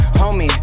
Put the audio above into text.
homie